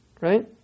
right